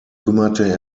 kümmerte